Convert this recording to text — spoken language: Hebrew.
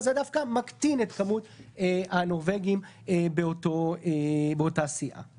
זה דווקא מקטין את כמות "הנורבגים" באותה סיעה.